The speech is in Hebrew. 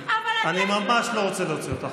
אני ממש לא רוצה להוציא אותך.